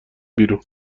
بیرون